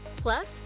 plus